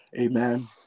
amen